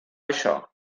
això